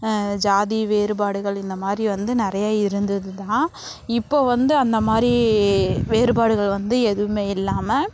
ஜாதி வேறுபாடுகள் இந்த மாதிரி வந்து நிறையா இருந்தது தான் இப்போது வந்து அந்த மாதிரி வேறுபாடுகள் வந்து எதுவும் இல்லாமல்